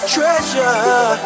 Treasure